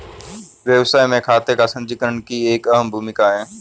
व्यवसाय में खाते का संचीकरण की एक अहम भूमिका है